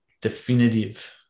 definitive